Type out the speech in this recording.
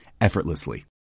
effortlessly